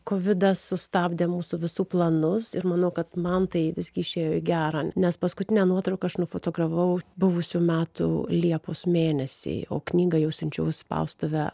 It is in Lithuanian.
kovidas sustabdė mūsų visų planus ir manau kad man tai visgi išėjo į gerą nes paskutinę nuotrauką aš nufotogravau buvusių metų liepos mėnesį o knygą jau išsiunčiau į spaustuvę